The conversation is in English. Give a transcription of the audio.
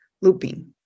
looping